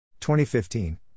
2015